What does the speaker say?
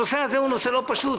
הנושא הזה הוא נושא לא פשוט,